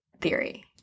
theory